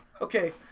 Okay